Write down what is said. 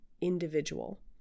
individual